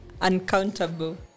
uncountable